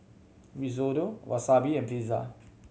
Risotto Wasabi and Pizza